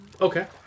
Okay